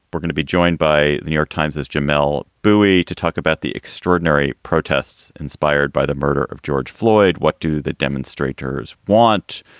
we're going to be joined by the new york times as jamelle bouie to talk about the extraordinary protests inspired by the murder of george floyd. what do the demonstrators want?